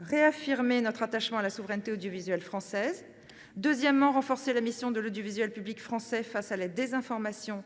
réaffirmer notre attachement à la souveraineté audiovisuelle française ; de renforcer la mission de l'audiovisuel public français face à la désinformation